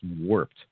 warped